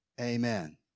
Amen